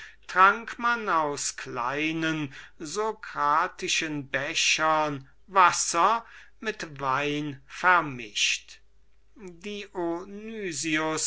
trank man aus kleinen socratischen bechern wasser mit wein vermischt